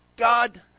God